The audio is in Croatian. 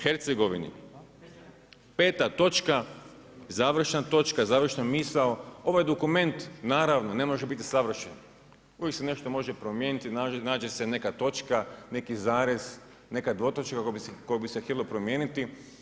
Peta točka, završna točka, završna misao, ovaj dokument naravno ne može biti savršen, uvijek se nešto može promijeniti, nađe se neka točka, neki zarez, neka dvotočka koju bi se htjelo promijeniti.